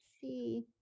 see